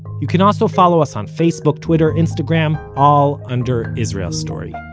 you can also follow us on facebook, twitter, instagram, all under israel story.